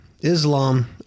Islam